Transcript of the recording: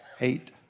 eight